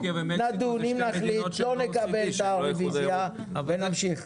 נדון, אם נחליט לא נקבל את הרביזיה ונמשיך.